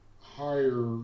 higher